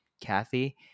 Kathy